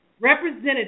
Representative